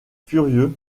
furieux